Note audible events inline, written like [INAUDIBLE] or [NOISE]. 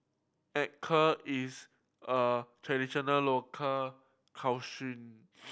acar is a traditional local [UNINTELLIGIBLE]